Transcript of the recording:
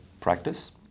practice